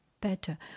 better